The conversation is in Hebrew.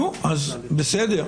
נו, אז בסדר.